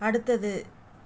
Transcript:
அடுத்தது